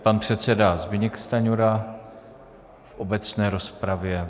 Pan předseda Zbyněk Stanjura v obecné rozpravě.